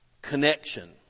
connection